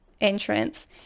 entrance